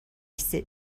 sit